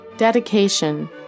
Dedication